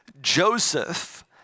Joseph